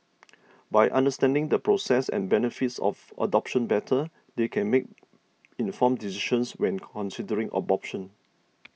by understanding the process and benefits of adoption better they can make informed decisions when considering abortion